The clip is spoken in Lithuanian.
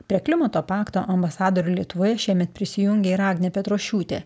prie klimato pakto ambasadorių lietuvoje šiemet prisijungė ir agnė petrošiūtė